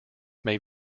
may